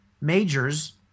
majors